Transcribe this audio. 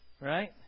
right